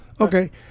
Okay